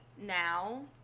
now